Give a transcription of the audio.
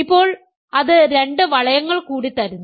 ഇപ്പോൾ അത് രണ്ട് വളയങ്ങൾ കൂടി തരുന്നു